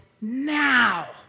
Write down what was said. now